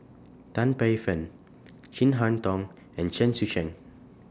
Tan Paey Fern Chin Harn Tong and Chen Sucheng